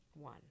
One